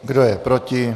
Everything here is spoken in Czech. Kdo je proti?